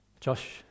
Josh